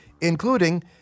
including